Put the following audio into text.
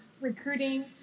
recruiting